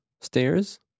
stairs